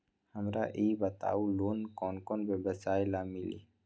हमरा ई बताऊ लोन कौन कौन व्यवसाय ला मिली?